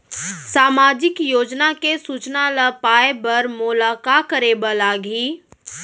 सामाजिक योजना के सूचना ल पाए बर मोला का करे बर लागही?